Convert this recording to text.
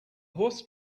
horse